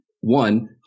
one